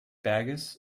berges